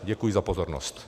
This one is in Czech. Děkuji za pozornost.